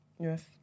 Yes